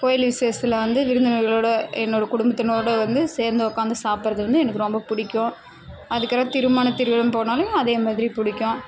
கோவில் விசேஷத்தில் வந்து விருந்தினர்களோட என்னோட குடும்பத்தினரோட வந்து சேர்ந்து உட்காந்து சாப்படுறது வந்து எனக்கு ரொம்ப பிடிக்கும் அதுக்கடுத்து திருமணத்திற்கு போனாலும் அதே மாதிரி பிடிக்கும்